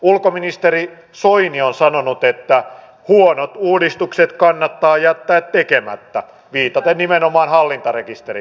ulkoministeri soini on sanonut että huonot uudistukset kannattaa jättää tekemättä viitaten nimenomaan hallintarekisteriin